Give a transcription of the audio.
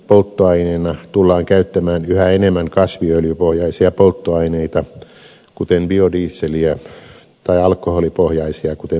liikennepolttoaineena tullaan käyttämään yhä enemmän kasviöljypohjaisia polttoaineita kuten biodieseliä tai alkoholipohjaisia kuten bioetanolia